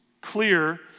clear